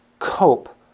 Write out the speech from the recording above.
cope